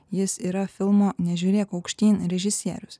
jis yra filmo nežiūrėk aukštyn režisierius